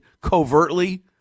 covertly